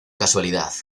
casualidad